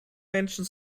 menschen